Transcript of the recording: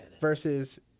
versus